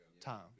time